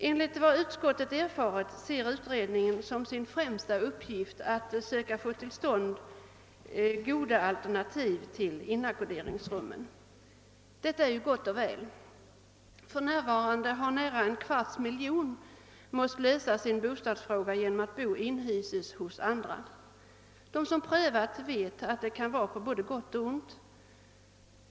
Enligt vad utskottet erfarit ser utredningen som sin främsta uppgift att söka få till stånd goda alternativ till Nr 15 101 Jakten på: råbock inackorderingsrummen. Detta är ju gott och väl. För närvarande har nära en kvarts miljon människor måst lösa sin bostadsfråga genom att vara inneboende hos andra. De som prövat detta vet att det kan vara på både gott och ont.